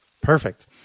Perfect